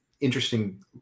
interesting